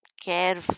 care